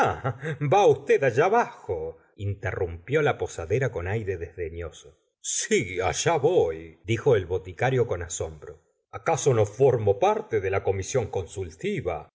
va usted allá abajo interrumpió la posadera con aire desdefioscs sí allá voy dijo el boticario con asombro acaso no formo parte de la comisión consultiva